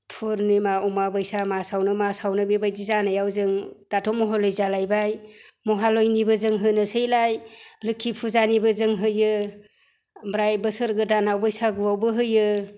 फुर्निमा अमाबस्या मासावनो मासावनो बेबायदि जानायाव जों दाथ' महालया जालायबाय महालयानिबो जों होनोसैलाय लोखि फुजानिबो जों होयो ओमफ्राय बोसोर गोदानाव बैसागुआवबो होयो